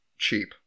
cheap